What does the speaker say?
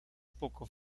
poco